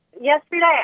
yesterday